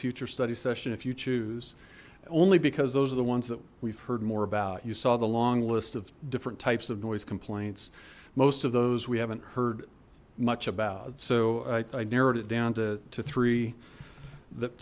future study session if you choose only because those are the ones that we've heard more about you saw the long list of different types of noise complaints most of those we haven't heard much about so i narrowed it down to two three that